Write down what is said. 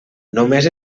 només